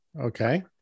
Okay